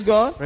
God